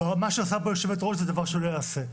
ומה שעושה פה היושבת-ראש זה דבר שלא ייעשה.